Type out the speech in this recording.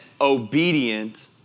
obedient